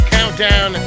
Countdown